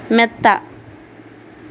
മെത്ത